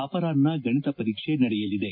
ಮಧ್ವಾಹ್ನ ಗಣಿತ ಪರೀಕ್ಷೆ ನಡೆಯಲಿದೆ